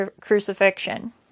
crucifixion